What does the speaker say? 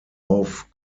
auf